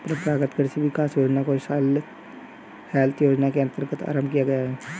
परंपरागत कृषि विकास योजना को सॉइल हेल्थ योजना के अंतर्गत आरंभ किया गया है